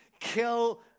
kill